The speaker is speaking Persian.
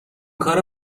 کار